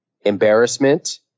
embarrassment